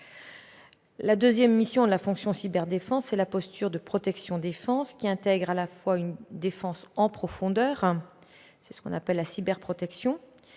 La deuxième mission de la fonction cyberdéfense, c'est la posture de protection et de défense. Elle intègre une défense en profondeur, qu'on appelle la cyberprotection.